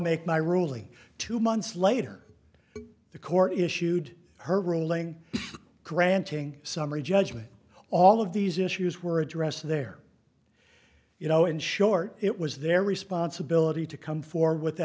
make my ruling two months later the court issued her ruling granting summary judgment all of these issues were addressed there you know in short it was their responsibility to come for